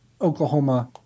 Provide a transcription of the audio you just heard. Oklahoma